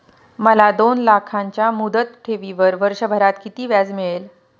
मला दोन लाखांच्या मुदत ठेवीवर वर्षभरात किती व्याज मिळेल?